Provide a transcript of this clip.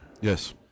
Yes